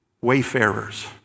wayfarers